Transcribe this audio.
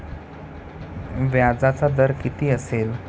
व्याजाचा दर किती असेल?